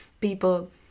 People